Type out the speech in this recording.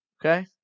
Okay